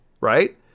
right